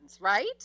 right